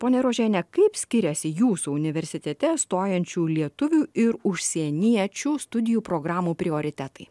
ponia rožiene kaip skiriasi jūsų universitete stojančių lietuvių ir užsieniečių studijų programų prioritetai